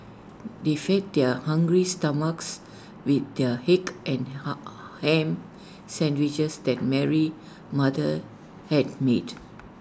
they fed their hungry stomachs with the egg and Ham Sandwiches that Mary's mother had made